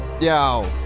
yo